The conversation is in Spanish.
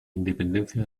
independencia